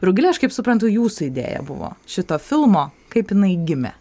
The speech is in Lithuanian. rugile aš kaip suprantu jūsų idėja buvo šito filmo kaip jinai gimė